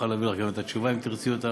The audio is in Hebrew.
נוכל להעביר לך גם את התשובה, אם תרצי אותה,